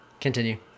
Continue